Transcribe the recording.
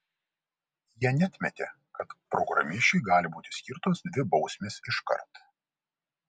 jie neatmetė kad programišiui gali būti skirtos dvi bausmės iškart